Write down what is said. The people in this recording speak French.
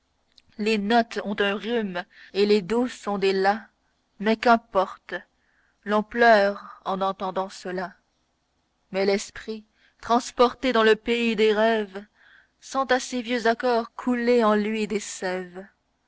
les notes ont un rhume et les do sont des la mais qu'importe l'on pleure en entendant cela mais l'esprit transporté dans le pays des rêves sent à ces vieux accords couler en lui des sèves